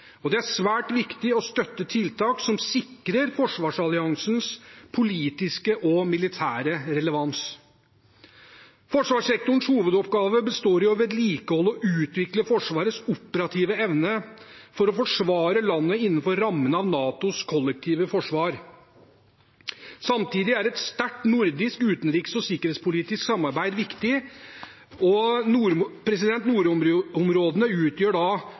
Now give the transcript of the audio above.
og det er svært viktig å støtte tiltak som sikrer forsvarsalliansens politiske og militære relevans. Forsvarssektorens hovedoppgave består i å vedlikeholde og utvikle Forsvarets operative evne til å forsvare landet innenfor rammen av NATOs kollektive forsvar. Samtidig er et sterkt nordisk utenriks- og sikkerhetspolitisk samarbeid viktig. Nordområdene utgjør vårt strategisk viktigste interesseområde, og